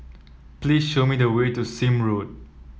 please show me the way to Sime Road